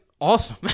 awesome